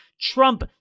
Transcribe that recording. Trump